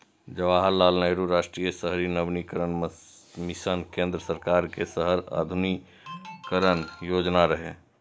जवाहरलाल नेहरू राष्ट्रीय शहरी नवीकरण मिशन केंद्र सरकार के शहर आधुनिकीकरण योजना रहै